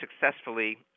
successfully